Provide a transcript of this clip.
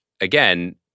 again